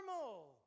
normal